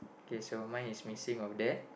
okay so mine is missing over there